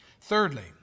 Thirdly